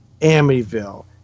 Amityville